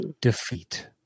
defeat